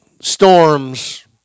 storms